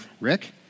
Rick